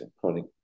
chronic